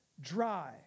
dry